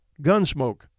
Gunsmoke